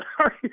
Sorry